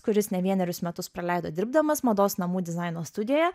kuris ne vienerius metus praleido dirbdamas mados namų dizaino studijoje